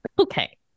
okay